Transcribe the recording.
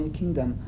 kingdom